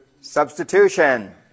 Substitution